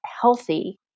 healthy